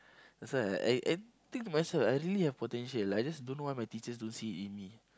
that's why I I think to myself I really have potential like I just don't know why my teachers don't see it in me